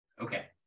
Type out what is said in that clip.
Okay